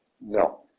No